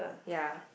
ya